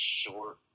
short